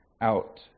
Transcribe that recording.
out